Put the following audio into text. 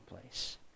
place